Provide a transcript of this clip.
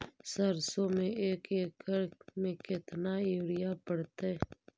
सरसों में एक एकड़ मे केतना युरिया पड़तै?